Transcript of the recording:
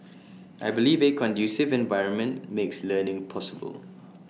I believe A conducive environment makes learning possible